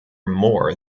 more